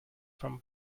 from